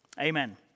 Amen